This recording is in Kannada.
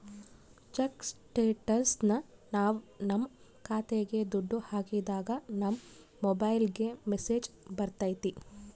ಚೆಕ್ ಸ್ಟೇಟಸ್ನ ನಾವ್ ನಮ್ ಖಾತೆಗೆ ದುಡ್ಡು ಹಾಕಿದಾಗ ನಮ್ ಮೊಬೈಲ್ಗೆ ಮೆಸ್ಸೇಜ್ ಬರ್ತೈತಿ